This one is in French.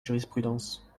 jurisprudence